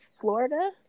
Florida